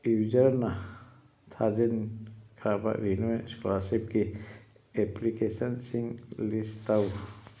ꯌꯨꯖꯔꯅ ꯊꯥꯖꯤꯟꯈ꯭ꯔꯕ ꯔꯤꯅꯨꯌꯦꯜ ꯁ꯭ꯀꯣꯂꯥꯔꯁꯤꯞꯀꯤ ꯑꯦꯄ꯭ꯂꯤꯀꯦꯁꯟꯁꯤꯡ ꯂꯤꯁ ꯇꯧ